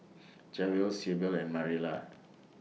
Javen Sybil and Marilla